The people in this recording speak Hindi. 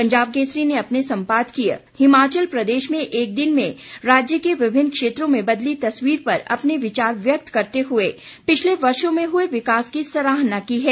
पंजाब केसरी अपने सम्पादकीय हिमाचल प्रदेश में एक दिन में राज्य की विभिन्न क्षेत्रों में बदली तस्वीर पर अपने विचार व्यक्त करते हुए पिछले वर्षों में हुए विकास की सराहना की है